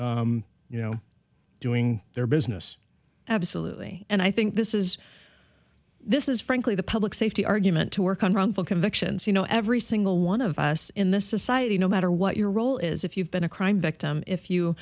out you know doing their business absolutely and i think this is this is frankly the public safety argument to work on wrongful convictions you know every single one of us in the society no matter what your role is if you've been a crime victim if you